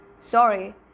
Sorry